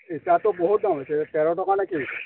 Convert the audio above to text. ইটাটো বহুত দাম হৈছে তেৰ টকা নে কি